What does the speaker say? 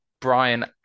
Brian